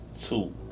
two